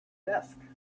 desk